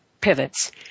pivots